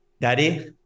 daddy